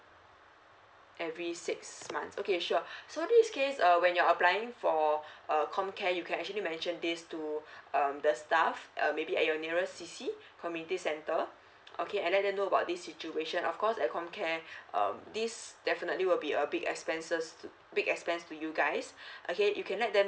every six months okay sure so this case uh when you're applying for a com care you can actually mention this to um the staff uh maybe at your nearest c c community centre okay and let them know about this situation of course at com care um this definitely will be a big expenses big expense to you guys okay you can let them